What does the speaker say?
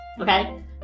okay